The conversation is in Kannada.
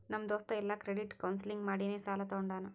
ನಮ್ ದೋಸ್ತ ಎಲ್ಲಾ ಕ್ರೆಡಿಟ್ ಕೌನ್ಸಲಿಂಗ್ ಮಾಡಿನೇ ಸಾಲಾ ತೊಂಡಾನ